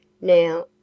Now